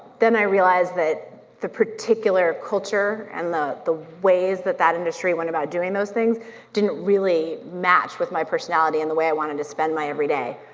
then i realized that the particular culture and the the ways that that industry went about doing those things didn't really match with my personality and the way i wanted to spend my everyday,